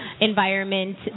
environment